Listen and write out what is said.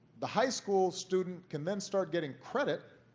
the high school student can then start getting credit,